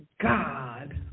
God